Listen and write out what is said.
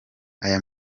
aya